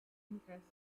interests